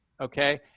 okay